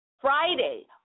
Friday